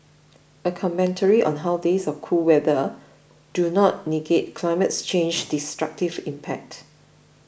a commentary on how days of cool weather do not negate climate change's destructive impact